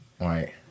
Right